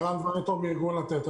ערן וינטרוב מארגון "לתת".